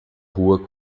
rua